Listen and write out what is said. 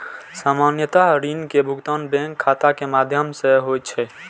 सामान्यतः ऋण के भुगतान बैंक खाता के माध्यम सं होइ छै